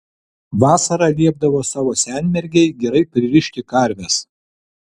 vasarą liepdavo savo senmergei gerai pririšti karves